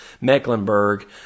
Mecklenburg